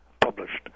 published